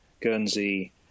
Guernsey